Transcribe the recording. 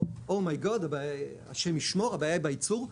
או ה' ישמור הבעיה היא בייצור,